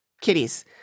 kitties